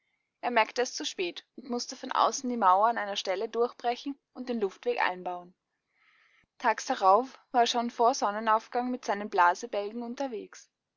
er merkte es zu spät und mußte von außen die mauer an einer stelle durchbrechen und den luftweg einbauen tags darauf war er schon vor sonnenaufgang mit seinen blasebälgen unterwegs